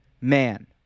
man